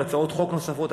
על הצעות חוק נוספות.